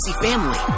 family